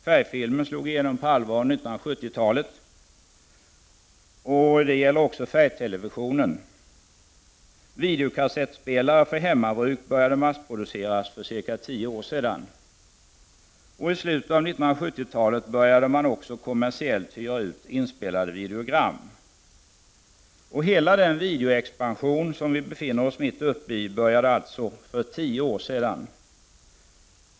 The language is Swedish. Färgfilmen slog igenom på allvar under 1970-talet, och det gäller också färgtelevisionen. Videokassettspelare för hemmabruk började massproduceras för cirka tio år sedan. I slutet av 1970-talet började man också kommersiellt hyra ut inspelade videogram. Hela den videoexpansion som vi nu befinner oss mitt uppe i började alltså för tio år sedan.